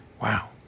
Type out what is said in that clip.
Wow